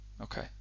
okay